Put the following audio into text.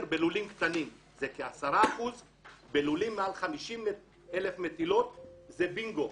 בלולים קטנים זה כ-10 אחוזים ובלולים מעל 50,000 מטילות זה בינגו.